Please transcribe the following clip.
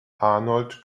arnold